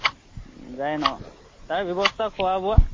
যায় ন তাৰ ব্যৱস্থা খোৱা বোৱা